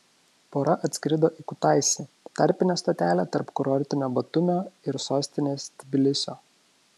pora atskrido į kutaisį tarpinę stotelę tarp kurortinio batumio ir sostinės tbilisio